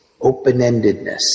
open-endedness